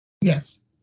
yes